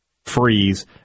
Freeze